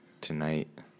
tonight